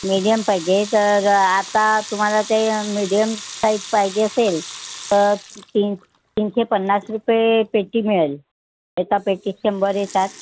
medium पाहिजे तर आत्ता तुम्हाला ते मीडियम साईज पाहिजे असेल तर तीन तीनशे पन्नास रूपये पेटी मिळेल एका पेटीत शंभर येतात